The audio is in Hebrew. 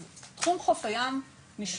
אז תחום חוף הים נשמר.